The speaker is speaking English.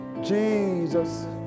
Jesus